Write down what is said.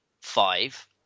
five